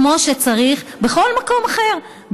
כמו שצריך בכל מקום אחר,